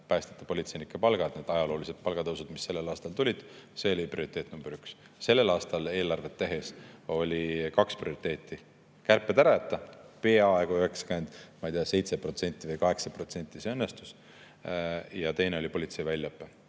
päästjate-politseinike palgad, need ajaloolised palgatõusud, mis sellel aastal tulid. See oli prioriteet number üks. Sellel aastal eelarvet tehes oli kaks prioriteeti: kärped ära jätta – peaaegu, ma ei tea, 97% või 98% see õnnestus – ja teine oli politsei väljaõpe